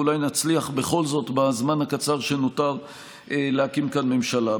ואולי נצליח בכל זאת בזמן הקצר שנותר להקים כאן ממשלה.